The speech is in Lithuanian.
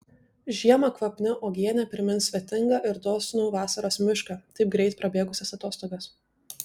žiemą kvapni uogienė primins svetingą ir dosnų vasaros mišką taip greit prabėgusias atostogas